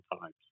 times